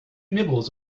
nibbles